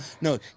no